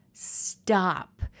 stop